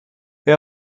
they